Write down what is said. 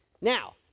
Now